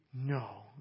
No